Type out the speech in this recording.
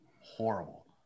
Horrible